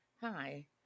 Hi